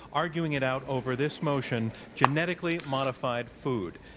arguing it out over this motion, genetically modify food.